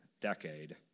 decade